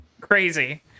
Crazy